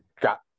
got